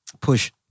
Push